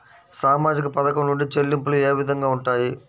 సామాజిక పథకం నుండి చెల్లింపులు ఏ విధంగా ఉంటాయి?